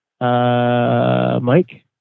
Mike